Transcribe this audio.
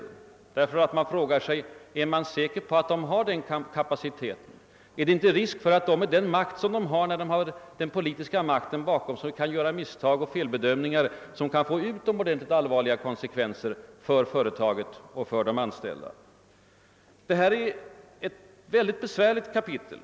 Vi har nämligen anledning att fråga oss: Är man säker på att de har den kapaciteten? Finns det inte risk för att de med den makt de får då de har regeringen bakom sig kan göra misstag och fel bedömningar som kan få utomordentligt allvarliga konsekvenser för företagen och för de anställda? Detta är ett besvärligt kapitel.